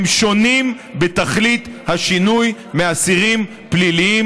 הם שונים בתכלית השינוי מאסירים פליליים